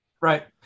Right